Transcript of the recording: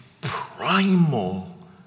primal